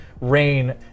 rain